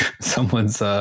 someone's